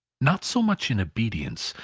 not so much in obedience,